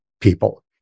people